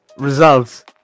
results